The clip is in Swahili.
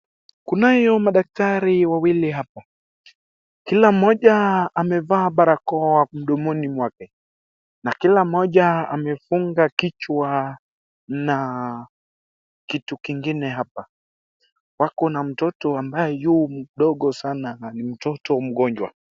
Kunayo madaktari wawili hapa kila mmoja amevaa barakoa mdomoni mwake na kila mmoja amefunga kichwa na kitu kingine hapa, wako na mtoto ambaye yu mdogo sana na ni mgonjwa.